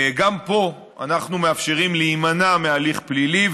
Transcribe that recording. גם פה אנחנו מאפשרים להימנע מהליך פלילי,